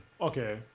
Okay